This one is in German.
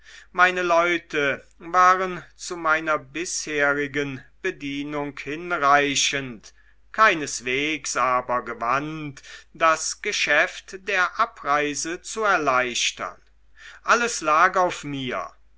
meine leute waren zu meiner bisherigen bedienung hinreichend keineswegs aber gewandt das geschäft der abreise zu erleichtern alles lag auf mir